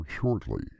shortly